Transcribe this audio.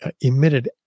emitted